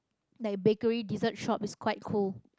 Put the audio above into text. like bakery dessert shop is quite cool